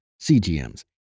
CGMs